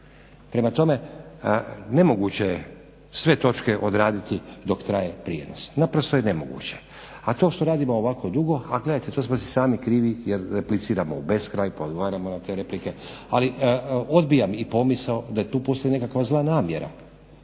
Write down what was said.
Prema tome, nemoguće je sve točke odraditi dok traje prijenos. Naprosto je nemoguće. A to što radimo ovako dugo, a gledajte to smo si sami krivi jer repliciramo u beskraj, pa odgovaramo na te replike. Ali odbijam i pomisao da tu postoji nekakva zla namjera